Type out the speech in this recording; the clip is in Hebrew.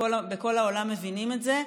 בכל העולם מבינים את זה,